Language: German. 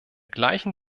gleichen